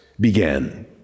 began